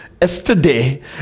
yesterday